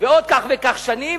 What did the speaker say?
ועוד כך וכך שנים,